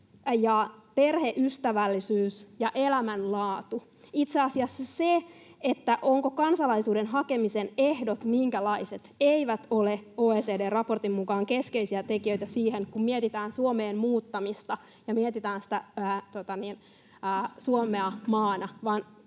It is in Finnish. perheystävällisyys ja elämänlaatu. Itse asiassa se, minkälaiset ovat kansalaisuuden hakemisen ehdot, ei ole OECD:n raportin mukaan keskeinen tekijä siinä, kun mietitään Suomeen muuttamista ja mietitään Suomea maana,